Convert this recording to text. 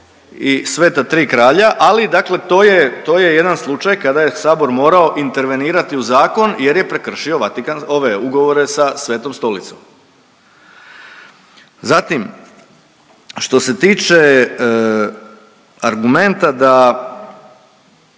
i Sveta 3 kralja, ali dakle to je, to je jedan slučaj kada je sabor morao intervenirati u zakon jer je prekršio Vatikan…, ove ugovore sa Svetom Stolicom. Zatim što se tiče argumenta da